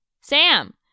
Sam